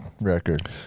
record